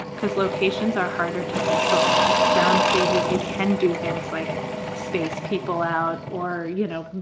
because locations are harder to control. soundstages, you can do things like space people out or, you know,